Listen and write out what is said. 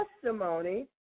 testimony